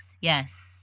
yes